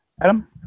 Adam